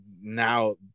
now